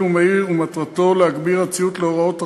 ומהיר ומטרתו להגביר את הציות להוראות החוקיות,